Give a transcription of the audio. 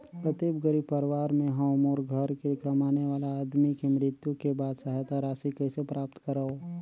अति गरीब परवार ले हवं मोर घर के कमाने वाला आदमी के मृत्यु के बाद सहायता राशि कइसे प्राप्त करव?